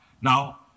Now